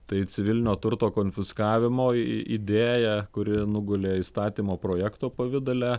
tai civilinio turto konfiskavimo idėja kuri nugulė įstatymo projekto pavidale